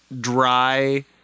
dry